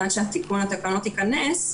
עד שתיקון התקנות ייכנס,